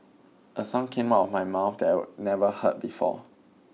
a sound came out of my mouth that I'd never heard before